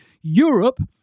Europe